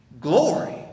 glory